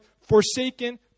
forsaken